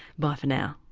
bye for now